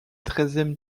treizième